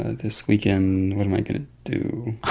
ah this weekend, what am i going to do?